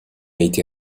été